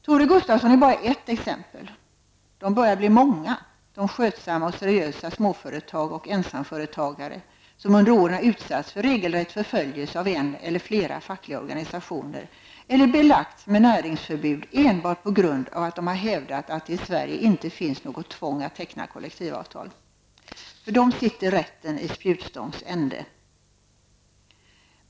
Tore Gustafsson är bara ett exempel. De börjar bli många, de skötsamma och seriösa småföretag och ensamföretagare som under åren har utsatts för regelrätt förföljelse av en eller flera fackliga organisationer eller belagts med näringsförbud enbart på grund av att de har hävdat att det i Sverige inte finns något tvång att teckna kollektivavtal. För dem sitter rätten i spjutstångs ände.